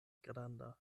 granda